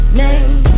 name